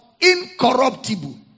incorruptible